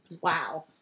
Wow